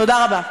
תודה רבה.